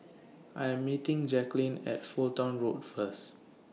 I Am meeting Jackeline At Fulton Road First